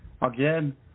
again